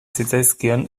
zitzaizkion